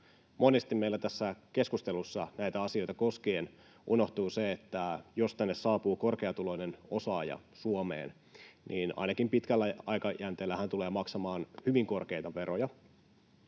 Monesti meillä tässä keskustelussa näitä asioita koskien unohtuu se, että jos tänne Suomeen saapuu korkeatuloinen osaaja, niin ainakin pitkällä aikajänteellä hän tulee maksamaan hyvin korkeita veroja,